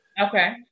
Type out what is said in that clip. Okay